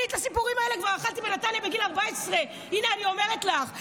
אני את הסיפורים האלה כבר אכלתי בנתניה בגיל 14. הינה אני אומרת לך.